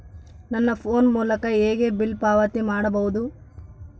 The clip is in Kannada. ನನ್ನ ಫೋನ್ ಮೂಲಕ ಹೇಗೆ ಬಿಲ್ ಪಾವತಿ ಮಾಡಬಹುದು?